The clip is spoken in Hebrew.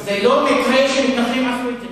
זה לא מקרה שמתנחלים עשו את זה.